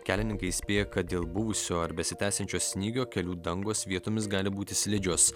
kelininkai įspėja kad dėl buvusio ar besitęsiančio snygio kelių dangos vietomis gali būti slidžios